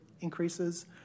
increases